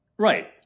Right